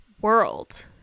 world